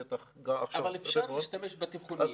בטח עכשיו --- אבל אפשר להשתמש בתיכונים.